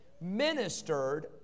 ministered